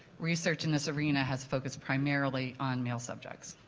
research in this arena has focused primarily on male subjects.